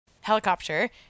helicopter